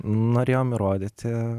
norėjom įrodyti